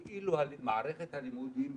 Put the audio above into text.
הממשלה מתנהגת כאילו מערכת הלימודים פועלת.